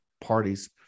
parties